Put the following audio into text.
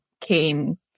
came